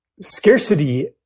Scarcity